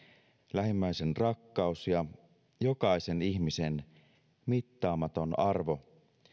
lähimmäisenrakkaus ja jokaisen ihmisen mittaamaton arvo